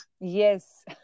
Yes